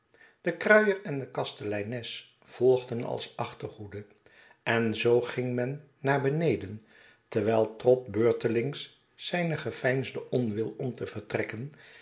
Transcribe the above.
de kruier en de kasteleines volgden als achterhoede en zoo ging men naar beneden terwijl trott beurtelings zijn geveinsden oivwil om te vertrekken